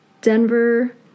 Denver